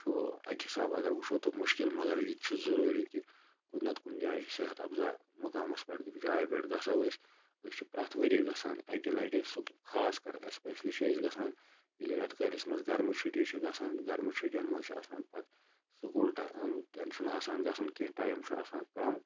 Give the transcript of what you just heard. اَکہِ حِساب اَگَر وٕچھو تہٕ مُشکِل مَگَر یِتہِ چھُ ضروٗری کہِ کُنہِ نَتہٕ کُنہِ جایہِ صحت اَفزا مَقامَس پیٹھ جایہِ پیٹھ گَژھَو أسۍ أسۍ چھِ پرٛٮ۪تھ ؤریہِ گَژھان اَکہِ لَٹہِ سُہ خاص کَر ایٚسپیشلی چھِ أسۍ گَژھان ییٚلہِ ریٚتہٕ کٲلِس مَنٛز گَرمہٕ چھُٹی چھِ گَژھان گَرمہٕ چھُٹیَن مَنٛز چھُ آسان پَتہٕ سکوٗل ٹہَ تہٕ چھُ نہٕ آسان گَژھُن کینٛہہ ٹایم چھُ آسان کم